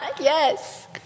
Yes